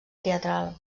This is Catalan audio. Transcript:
teatral